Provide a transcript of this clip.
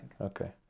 Okay